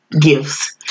gifts